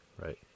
right